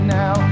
now